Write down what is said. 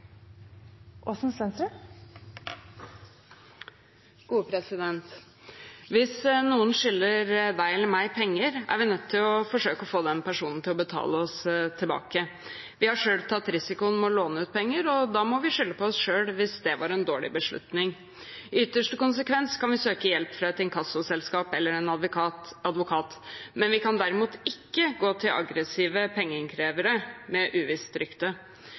finansavtale med gode løsninger på kompliserte problemstillinger. Det blir replikkordskifte. Hvis noen skylder deg eller meg penger, er vi nødt til å forsøke få den personen til å betale oss tilbake. Vi har selv tatt risikoen med å låne ut penger, og da må vi skylde på oss selv hvis det var en dårlig beslutning. I ytterste konsekvens kan vi søke hjelp fra et inkassoselskap eller en advokat, derimot kan vi ikke gå til aggressive pengeinnkrevere med